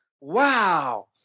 Wow